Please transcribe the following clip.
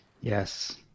Yes